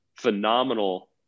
phenomenal